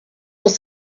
was